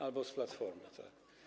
Albo z Platformy, tak.